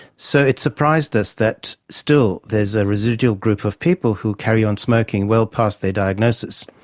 so it surprised us that still there is a residual group of people who carry on smoking well past their diagnosis.